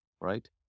right